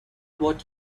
what